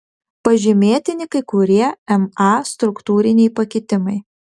pažymėtini kai kurie ma struktūriniai pakitimai